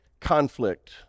conflict